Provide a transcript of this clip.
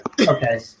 Okay